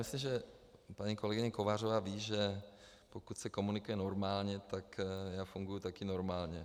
Já myslím, že paní kolegyně Kovářová ví, že pokud se komunikuje normálně, tak já funguji také normálně.